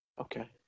Okay